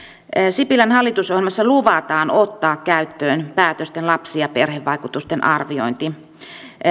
sipilän hallitusohjelmassa luvataan ottaa käyttöön päätösten lapsi ja perhevaikutusten arviointi